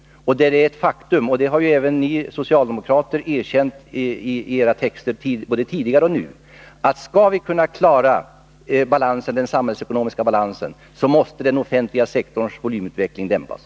Och det är ett faktum — det har även ni socialdemokrater erkänt i era texter både tidigare och nu — att om vi skall kunna klara den samhällsekonomiska balansen måste den offentliga sektorns volymutveckling dämpas.